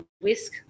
whisk